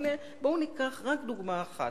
הנה, בואו ניקח רק דוגמה אחת.